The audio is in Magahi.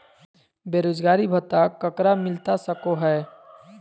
बेरोजगारी भत्ता ककरा मिलता सको है?